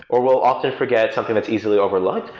or will often forget something that's easily overlooked,